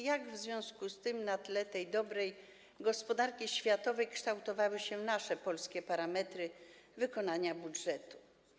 Jak w związku z tym na tle tej dobrej gospodarki światowej kształtowały się nasze polskie parametry wykonania budżetu?